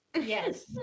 yes